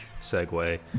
segue